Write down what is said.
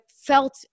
felt